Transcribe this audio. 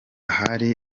hari